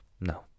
no